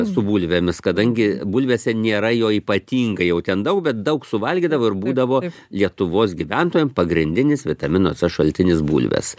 su bulvėmis kadangi bulvėse nėra jo ypatingai jau ten daug bet daug suvalgydavo ir būdavo lietuvos gyventojam pagrindinis vitamino c šaltinis bulvės